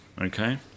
okay